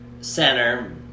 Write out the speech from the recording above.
center